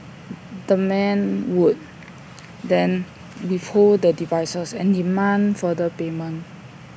the men would then withhold the devices and demand further payment